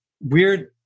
weird